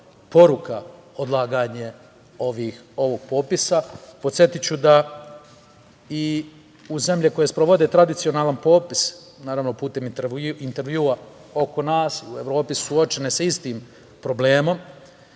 poruka odlaganje ovog popisa. Podsetiću da i zemlje koje sprovode tradicionalan popis, naravno putem intervjua oko nas u Evropi, suočene su sa istim problemom